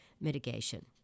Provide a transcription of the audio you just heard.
mitigation